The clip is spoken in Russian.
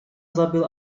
забыл